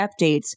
updates